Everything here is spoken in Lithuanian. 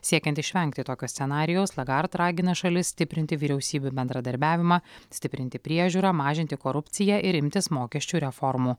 siekiant išvengti tokio scenarijaus lagart ragina šalis stiprinti vyriausybių bendradarbiavimą stiprinti priežiūrą mažinti korupciją ir imtis mokesčių reformų